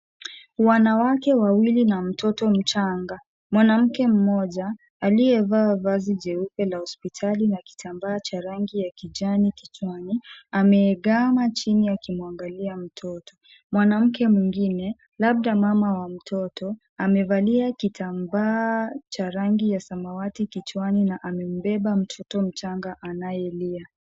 Wanawake wawili na mtoto mchanga. Mwanamke mmoja aliyevaa vazi jeupe la hospitali na kitambaa cha rangi ya kijani kichwani, ameegama chini akimwangalia mtoto. Mwanamke mwingine, labda mama wa mtoto amevalia kitambaa cha rangi ya samawati kichwani na amembeba mtoto mchanga anayelia.